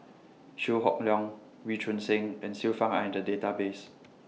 Chew Hock Leong Wee Choon Seng and Xiu Fang Are in The Database